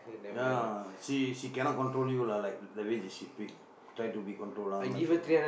ya she she cannot control you lah like like the way she try to be in control lah அந்த மாதிரி சொல்லனும்:andtha maathiri sollanum